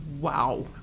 Wow